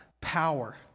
Power